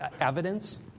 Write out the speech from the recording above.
evidence